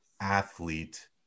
athlete